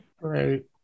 Right